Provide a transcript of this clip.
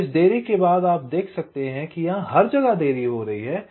तो इस देरी के बाद आप देख सकते हैं कि यहां हर जगह देरी हो रही है